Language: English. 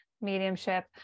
mediumship